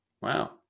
Wow